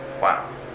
Wow